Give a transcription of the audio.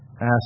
ask